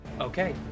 Okay